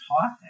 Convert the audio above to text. taught